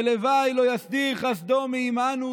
ולוואי לא יסיר חסדו מעימנו,